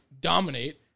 dominate